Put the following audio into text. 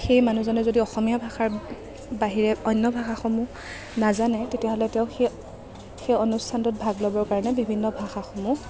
সেই মানুহজনে যদি অসমীয়া ভাষাৰ বাহিৰে অন্য ভাষাসমূহ নাজানে তেতিয়া হ'লে তেওঁক সেই সেই অনুষ্ঠানটোত ভাগ ল'বৰ কাৰণে বিভিন্ন ভাষাসমূহ